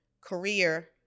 career